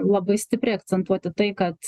labai stipriai akcentuoti tai kad